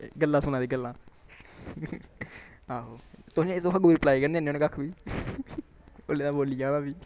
ते गल्लां सुना दी गल्लां आहो तुसें गी तुस कोई रिप्लाई गै निं दिंदे होंदे कक्ख बी कोल्ले दा बोल्ली जाना मीं